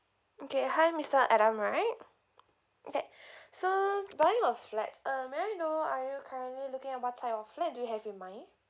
okay hi mister adam right okay so buying of flats uh may I know are you currently looking at what type of flat do you have in mind